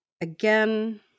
Again